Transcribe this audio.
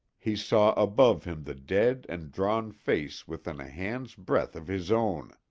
he saw above him the dead and drawn face within a hand's breadth of his own,